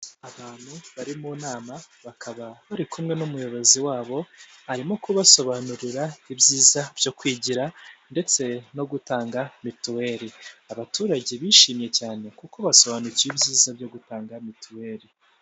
Abantu bari mu nama bakaba bari kumwe n'umuyobozi wabo arimo kubasobanurira ibyiza byo kwigira, ndetse no gutanga mituweli abaturage bishimye cyane kuko basobanukiwe ibyiza byo gutanga mituweli.